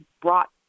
brought